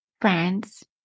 friends